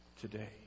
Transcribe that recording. today